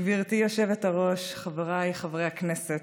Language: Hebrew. גברתי היושבת-ראש, חבריי חברי הכנסת,